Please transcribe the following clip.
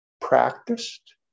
practiced